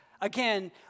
Again